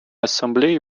ассамблеей